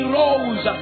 rose